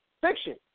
fiction